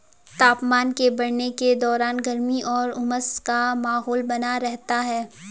तापमान के बढ़ने के दौरान गर्मी और उमस का माहौल बना रहता है